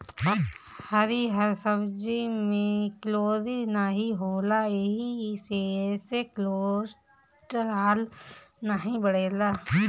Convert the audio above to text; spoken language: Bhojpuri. हरिहर सब्जी में कैलोरी नाही होला एही से एसे कोलेस्ट्राल नाई बढ़ेला